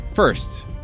First